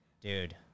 dude